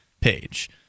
page